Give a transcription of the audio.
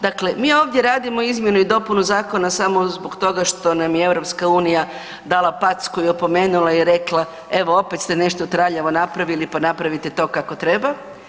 Dakle, mi ovdje radimo izmjenu i dopunu zakona samo zbog toga što nam je EU dala packu i opomenula i rekla evo opet ste nešto traljavo napravili pa napravite to kako treba.